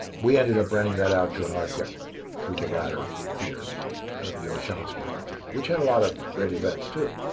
we ended up renting that out to an art gallery through the latter years the olshansky gallery, which had a lot of great events too.